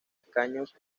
escaños